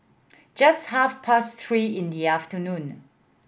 just half past three in the afternoon